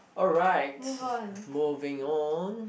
alright moving on